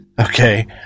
Okay